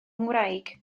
ngwraig